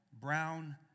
brown